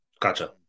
Gotcha